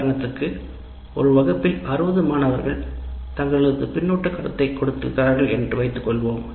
உதாரணதிற்கு ஒரு வகுப்பில் 60 மாணவர்கள் தங்களது பின்னூட்டு கருத்தை கொடுக்கிறார்கள் என்று வைத்துக் கொள்வோம்